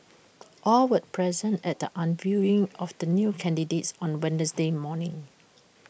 all were present at the unveiling of the new candidates on Wednesday morning